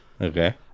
okay